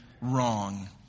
wrong